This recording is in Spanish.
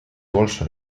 bolso